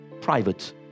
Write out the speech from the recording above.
private